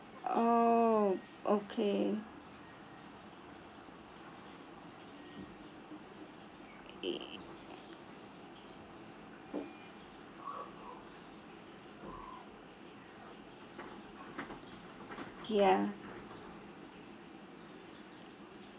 oh okay ya